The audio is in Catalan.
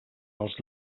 els